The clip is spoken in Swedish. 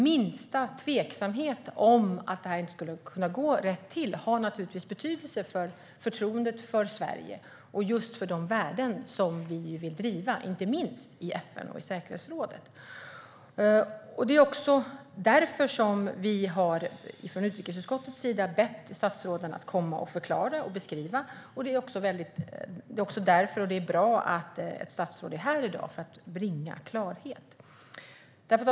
Minsta tveksamhet om att detta inte skulle gå rätt till har naturligtvis betydelse för förtroendet för Sverige och för just de värden vi vill driva, inte minst i FN och säkerhetsrådet. Det är därför vi från utrikesutskottets sida har bett statsråden att komma och förklara och beskriva, och det är även därför ett statsråd är här i dag - för att bringa klarhet. Det är bra.